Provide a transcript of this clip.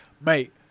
Mate